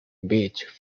beach